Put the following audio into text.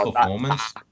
performance